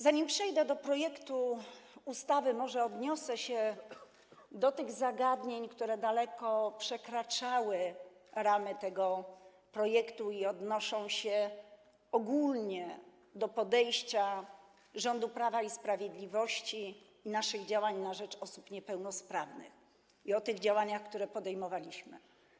Zanim przejdę do projektu ustawy, może odniosę się do tych zagadnień, które daleko przekraczały ramy tego projektu i odnoszą się ogólnie do podejścia rządu Prawa i Sprawiedliwości, naszych działań na rzecz osób niepełnosprawnych, tych działań, które podejmowaliśmy.